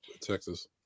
Texas